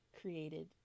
created